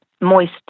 moist